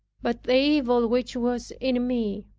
but the evil which was in me.